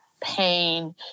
pain